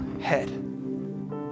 head